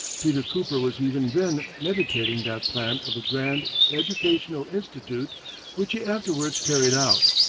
peter cooper was even then meditating that plan of a grand educational institute which he afterwards carried out.